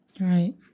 Right